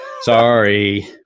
Sorry